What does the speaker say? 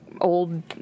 old